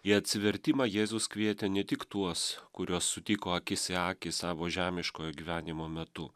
į atsivertimą jėzus kvietė ne tik tuos kuriuos sutiko akis į akį savo žemiškojo gyvenimo metu